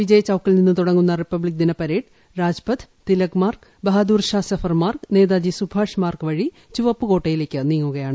വിജയ് ചൌക്കിൽ നിന്നു തുടങ്ങുന്ന റിപ്പബ്ലിക് ദിന പരേഡ് രാജ്പഥ് തിലക് മാർഗ് ബഹാദൂർ ഷാ സഫർ മാർഗ് നേതാജി സൂഭാഷ് മാർഗ് വഴി ചെങ്കോട്ടയിലേക്കു നീങ്ങുകയാണ്